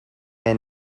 est